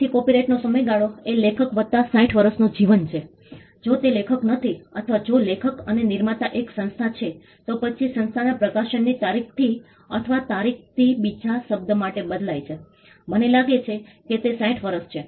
તેથી કોપીરાઇટનો સમયગાળો એ લેખક વત્તા 60 વર્ષનો જીવન છે જો તે લેખક નથી અથવા જો લેખક અથવા નિર્માતા એક સંસ્થા છે તો પછી સંસ્થા પ્રકાશનની તારીખથી અથવા તારીખથી બીજા શબ્દ માટે બદલાય છે મને લાગે છે કે તે 60 વર્ષ છે